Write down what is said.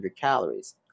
calories